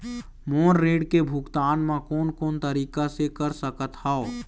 मोर ऋण के भुगतान म कोन कोन तरीका से कर सकत हव?